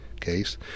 case